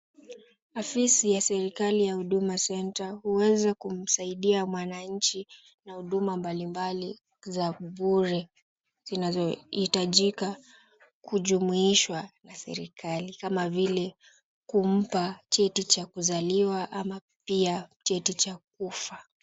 Afisi ya serikali ya Huduma Centre huweza kumsaidia mwananchi na huduma mbalimbali za bure zinazohitajika kujumuishwa na serikali kama vile kumpa cheti cha kuzaliwa ama pia cheti cha kufa.